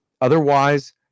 otherwise